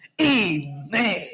amen